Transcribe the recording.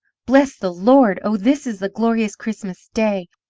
bless the lord! oh, this is the glorious christmas day!